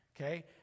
okay